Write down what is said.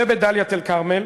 ובדאלית-אל-כרמל.